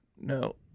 No